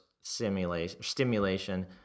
stimulation